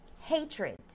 Hatred